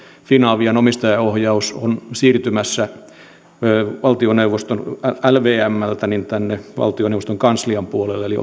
finavian omistajaohjaus on siirtymässä lvmltä tänne valtioneuvoston kanslian puolelle eli